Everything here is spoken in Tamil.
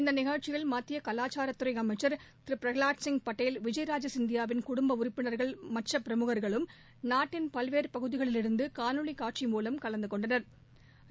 இந்த நிகழ்சிசயில் மத்திய கலாச்சாரத்துறை அமைச்ச் திரு பிரகவாத்சிங் படேல் விஜயராஜ சிந்தியாவின் குடும்ப உறுப்பினர்கள் மற்ற பிரமுகா்களும் நாட்டின் பல்வேறு பகுதிகளிலிருந்து காணொலி காட்சி மூலம் கலந்து கொண்டனா்